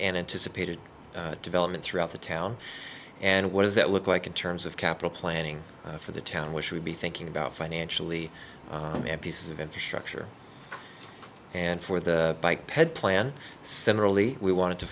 anticipated development throughout the town and what does that look like in terms of capital planning for the town we should be thinking about financially and piece of infrastructure and for the bike pead plan centrally we want to